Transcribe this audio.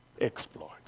exploit